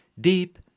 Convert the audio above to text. Deep